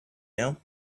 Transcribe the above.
now